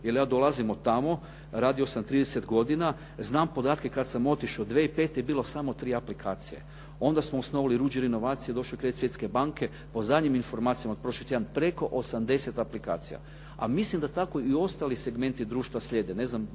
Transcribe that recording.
jer ja dolazim od tamo, radio sam 30 godina. Znam podatke kad sam otišao. 2005. je bilo samo tri aplikacije. Onda smo osnovali Ruđer inovacije, došao je kredit Svjetske banke. Po zadnjim informacijama od prošlog tjedna, preko 80 aplikacija. A mislim da tako i ostali segmenti društva slijede,